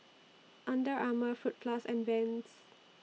Under Armour Fruit Plus and Vans